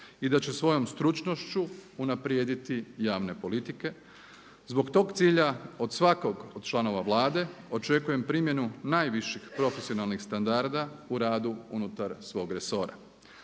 I da će svojom stručnošću unaprijediti javne politike. Zbog tog cilja od svakog od članova Vlade očekujem primjenu najviših profesionalnih standarda u radu unutar svog resora.